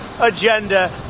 agenda